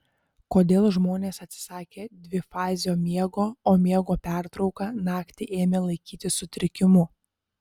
kodėl žmonės atsisakė dvifazio miego o miego pertrauką naktį ėmė laikyti sutrikimu